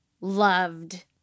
loved